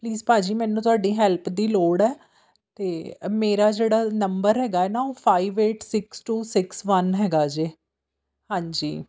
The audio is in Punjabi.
ਪਲੀਜ਼ ਭਾਅ ਜੀ ਮੈਨੂੰ ਤੁਹਾਡੀ ਹੈਲਪ ਦੀ ਲੋੜ ਹੈ ਅਤੇ ਮੇਰਾ ਜਿਹੜਾ ਨੰਬਰ ਹੈਗਾ ਨਾ ਉਹ five eight six two six one ਹੈਗਾ ਜੇ ਹਾਂਜੀ